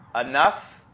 enough